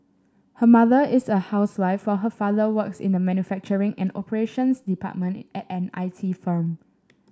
her mother is a housewife while her father works in the manufacturing and operations department at an I T firm